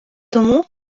тому